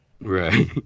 Right